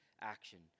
action